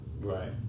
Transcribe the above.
Right